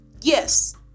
Yes